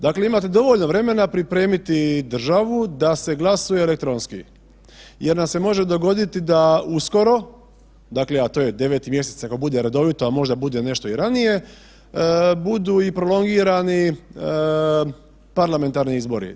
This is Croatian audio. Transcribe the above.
Dakle, imate dovoljno vremena pripremiti državu da se glasuje elektronski, jer nam se može dogoditi da uskoro, dakle a to je 9. mjesec ako bude redovito, a možda bude i nešto ranije budu i prolongirani parlamentarni izbori.